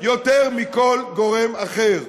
יותר מכל גורם אחר.